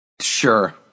Sure